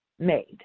made